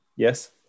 yes